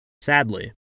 Sadly